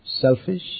Selfish